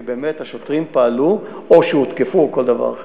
כי באמת השוטרים פעלו או שהותקפו או כל דבר אחר.